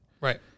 Right